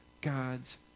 God's